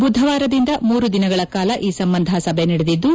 ಬುಧವಾರದಿಂದ ಮೂರು ದಿನಗಳಕಾಲ ಈ ಸಂಬಂಧ ಸಭೆ ನಡೆದಿದ್ದು